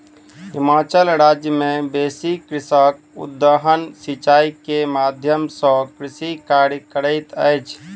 हिमाचल राज्य मे बेसी कृषक उद्वहन सिचाई के माध्यम सॅ कृषि कार्य करैत अछि